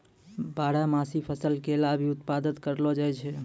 बारहमासी फसल केला भी उत्पादत करलो जाय छै